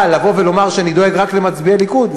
אבל לבוא ולומר שאני דואג רק למצביעי ליכוד,